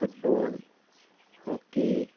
football hockey